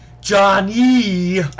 Johnny